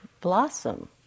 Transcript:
blossom